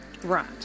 Right